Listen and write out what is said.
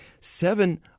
Seven